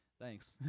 thanks